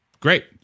Great